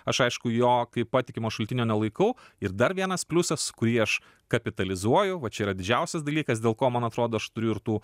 aš aišku jo kaip patikimo šaltinio nelaikau ir dar vienas pliusas kurį aš kapitalizuoju va čia yra didžiausias dalykas dėl ko man atrodo aš turiu ir tų